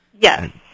Yes